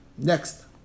Next